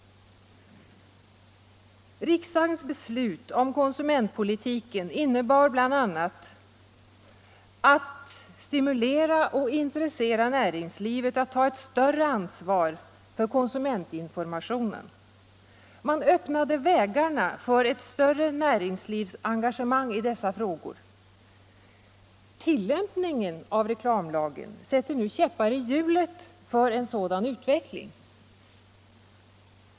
Riksdagens beslut om konsumentpolitiken innebar bl.a. att stimulera och intressera näringslivet att ta ett större ansvar för konsumentinformationen. Man öppnade vägarna för ett större näringslivsengagemang i dessa frågor. Tillämpningen av reklamlagen sätter nu käppar i hjulet för en sådan utveckling.